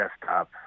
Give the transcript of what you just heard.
desktop